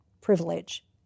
privilege